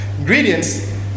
ingredients